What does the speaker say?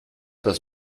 das